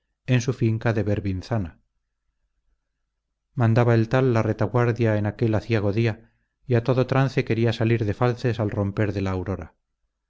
en su finca de berbinzana mandaba el tal la retaguardia en aquel aciago día y a todo trance quería salir de falces al romper de la aurora